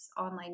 online